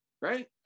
Right